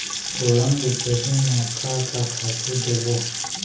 फोरन के खेती म का का खातू देबो?